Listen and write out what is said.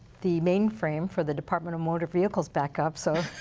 the mainframe for the department of motor vehicles back up. so